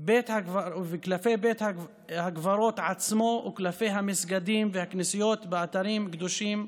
בית הקברות עצמו וכלפי המסגדים והכנסיות באתרים קדושים,